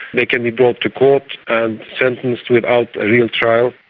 they can be brought to court and sentenced without a real trial,